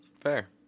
Fair